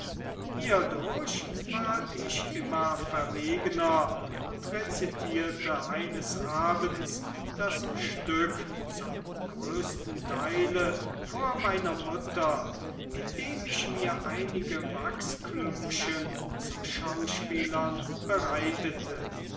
hierdurch ward ich immer verwegener und rezitierte eines abends das stück zum größten teile vor meiner mutter indem ich mir einige wachsklümpchen zu schauspielern bereitete